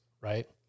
right